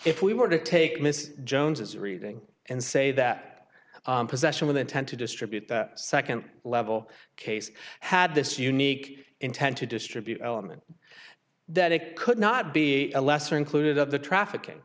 if we were to take miss jones as reading and say that possession with intent to distribute the second level case had this unique intent to distribute element that it could not be a lesser included of the trafficking